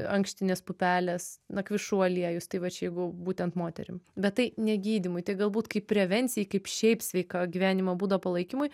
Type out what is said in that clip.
ankštinės pupelės nakvišų aliejus tai vat čia jeigu būtent moterim bet tai ne gydymui tai galbūt kaip prevencijai kaip šiaip sveika gyvenimo būdo palaikymui